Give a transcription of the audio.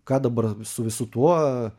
ką dabar su visu tuo